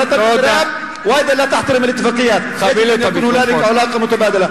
לא מגנה את הטרור וגם לא מכבדת את ההסכמים,